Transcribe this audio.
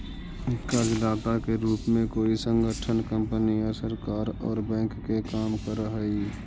कर्जदाता के रूप में कोई संगठन कंपनी या सरकार औउर बैंक के काम करऽ हई